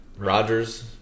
Rodgers